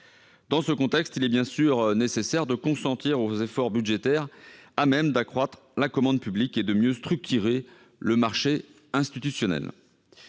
Dans ce contexte, il est nécessaire de consentir aux efforts budgétaires à même d'accroître la commande publique et de mieux structurer le marché institutionnel,